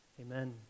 Amen